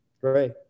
great